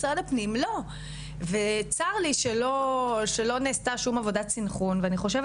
משרד הפנים לא וצר לי שלא נעשתה שום עבודת סנכרון ואני חושבת